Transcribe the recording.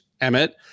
Emmett